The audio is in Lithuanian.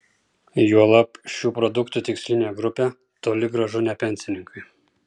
juolab šių produktų tikslinė grupė toli gražu ne pensininkai